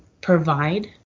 provide